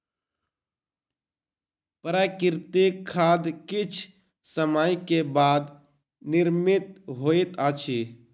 प्राकृतिक खाद किछ समय के बाद निर्मित होइत अछि